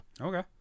Okay